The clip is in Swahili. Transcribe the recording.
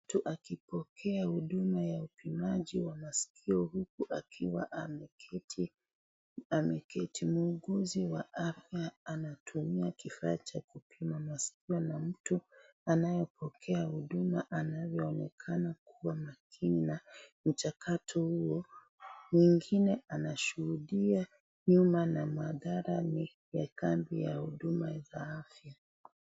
Mtu akipokea huduma ya upimaji wa masikio huku akiwa ameketi. Mwuguzi wa afya anatumia kifaa cha kupima masikio na mtu anayepokea huduma anavyoonekana kuwa makini na mchakato huo. Mwengine anashuhudia nyuma ni madhara ni ya kambi ya huduma za afya.